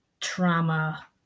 trauma